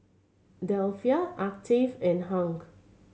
Delphia Octave and Hung